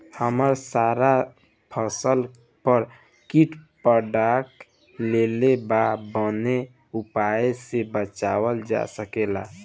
हमर सारा फसल पर कीट पकड़ लेले बा कवनो उपाय से बचावल जा सकेला?